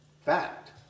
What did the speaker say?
fact